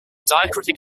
diacritic